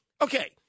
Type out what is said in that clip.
Okay